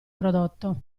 prodotto